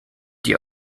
die